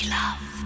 love